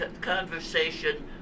conversation